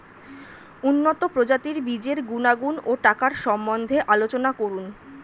উন্নত প্রজাতির বীজের গুণাগুণ ও টাকার সম্বন্ধে আলোচনা করুন